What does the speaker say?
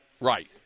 right